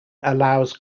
allows